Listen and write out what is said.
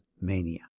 mania